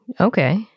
Okay